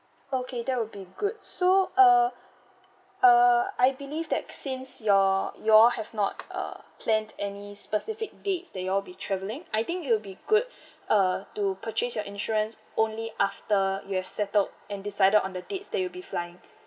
okay that would be good so uh uh I believe that since your you all have not uh planned any specific dates that you all be travelling I think it will be good uh to purchase your insurance only after you have settled and decided on the dates that you'll be flying